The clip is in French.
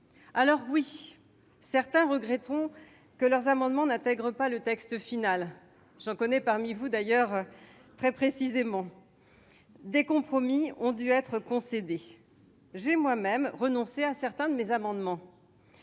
Alors oui, certains regretteront que leurs amendements n'intègrent pas le texte final. J'en connais quelques-uns parmi vous. Mais des compromis ont dû être concédés. J'ai moi-même renoncé à certains de mes amendements